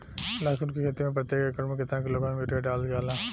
लहसुन के खेती में प्रतेक एकड़ में केतना किलोग्राम यूरिया डालल जाला?